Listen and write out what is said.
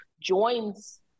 joins